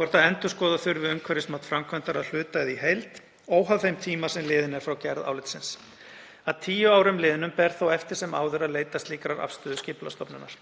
hvort að endurskoða þurfi umhverfismat framkvæmdar að hluta eða í heild óháð þeim tíma sem liðinn er frá gerð álitsins. Að 10 árum liðnum ber þó eftir sem áður að leita slíkrar afstöðu Skipulagsstofnunar.